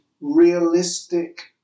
realistic